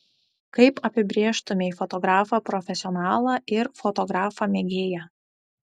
kaip apibrėžtumei fotografą profesionalą ir fotografą mėgėją